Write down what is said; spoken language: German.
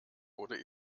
wurde